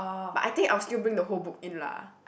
but I think I'll still bring the whole book in lah